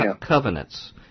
covenants